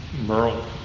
Merle